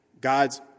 God's